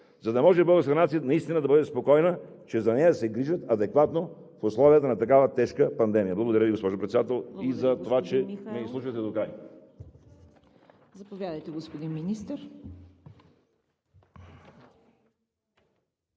за да може българската нация наистина да бъде спокойна, че за нея се грижат адекватно в условията на такава тежка пандемия. Благодаря Ви, госпожо Председател, и за това, че ме изслушахте до края.